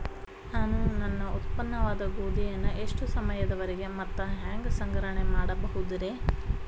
ನಾನು ನನ್ನ ಉತ್ಪನ್ನವಾದ ಗೋಧಿಯನ್ನ ಎಷ್ಟು ಸಮಯದವರೆಗೆ ಮತ್ತ ಹ್ಯಾಂಗ ಸಂಗ್ರಹಣೆ ಮಾಡಬಹುದುರೇ?